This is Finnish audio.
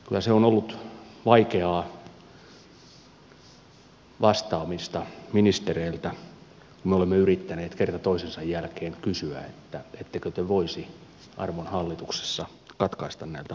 kyllä se on ollut vaikeaa vastaamista ministereiltä kun me olemme yrittäneet kerta toisensa jälkeen kysyä ettekö te voisi arvon hallituksessa katkaista näiltä huhuilta siivet